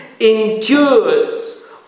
Endures